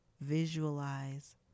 visualize